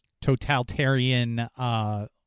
totalitarian